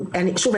שוב,